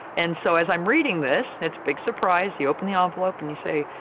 and so, as i'm reading this, it's big surprise you open the envelope and you say,